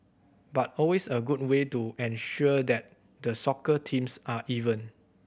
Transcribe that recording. but always a good way to ensure that the soccer teams are even